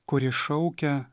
kuri šaukia